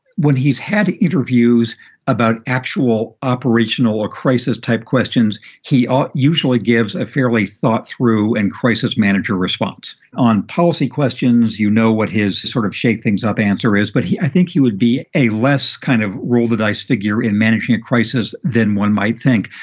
when he's had interviews about actual operational or crisis type questions, he um usually gives a fairly thought through and crisis manager response on policy questions. you know what his sort of shake things up answer is. but he i think he would be a less kind of roll the dice figure in managing a crisis than one might think.